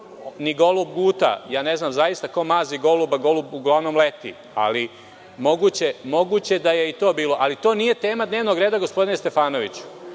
ni golub Guta, ja zaista ne znam ko mazi goluba, golub uglavnom leti, ali moguće da je i to bilo. Ali, to nije tema dnevnog reda, gospodine Stefanoviću.